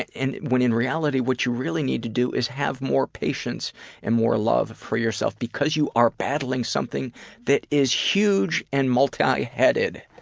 and when in reality what you really need to do is have more patience and love for yourself because you are battling something that is huge and multi-headed.